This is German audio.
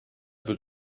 wird